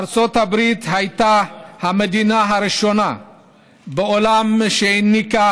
ארצות ברית הייתה המדינה הראשונה בעולם שהנהיגה